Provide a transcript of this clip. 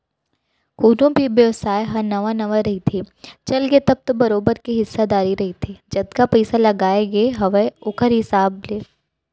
कोनो भी बेवसाय ह नवा नवा रहिथे, चलगे तब तो बरोबर के हिस्सादारी रहिथे जतका पइसा लगाय गे हावय ओखर हिसाब ले